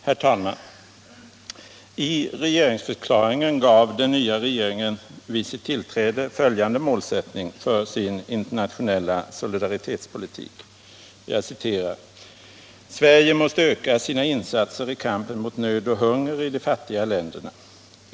Herr talman! I regeringsförklaringen angav den nya regeringen vid sitt tillträde följande målsättning för sin internationella solidaritetspolitik: ”Sverige måste öka sina insatser i kampen mot nöd och hunger i de fattiga länderna.